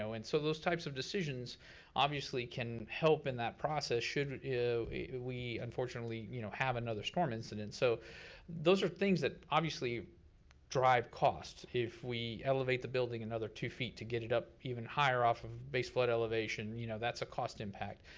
so and so those types of decisions obviously can help in that process should yeah we unfortunately you know have another storm incident. so those are things that obviously drive costs, if we elevate the building another two feet to get it up even higher off of base flood elevation. you know that's a cost impact.